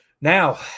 now